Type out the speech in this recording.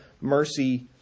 mercy